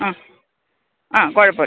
ആ ആ കുഴപ്പം